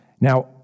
Now